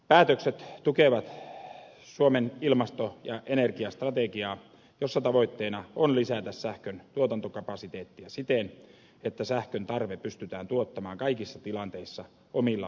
päätökset tukevat suomen ilmasto ja energiastrategiaa jossa tavoitteena on lisätä sähköntuotantokapasiteettia siten että sähkön tarve pystytään tuottamaan kaikissa tilanteissa omilla voimalaitoksilla